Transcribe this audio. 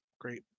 great